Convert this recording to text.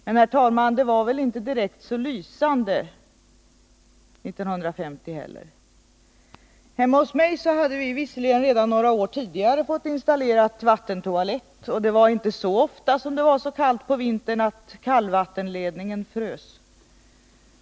Men, herr talman, det var väl inte direkt så lysande 1950 heller. Hemma hos mig hade vi visserligen redan några år tidigare fått vattentoalett installerad, och det var inte så ofta så kallt på vintern att kallvattenledningen frös.